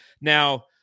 Now